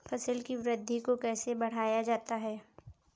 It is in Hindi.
फसल की वृद्धि को कैसे बढ़ाया जाता हैं?